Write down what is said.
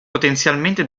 potenzialmente